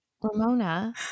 Ramona